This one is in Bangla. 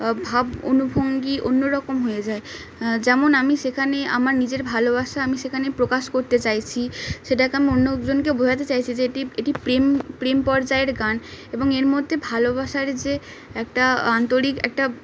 ভাব অনুভঙ্গি অন্য রকম হয়ে যায় যেমন আমি সেখানে আমার নিজের ভালোবাসা আমি সেখানে প্রকাশ করতে চাইছি সেটাকে আমি অন্যজনকে বোঝাতে চাইছি যে এটি এটি প্রেম প্রেম পর্যায়ের গান এবং এর মধ্যে ভালোবাসার যে একটা আন্তরিক একটা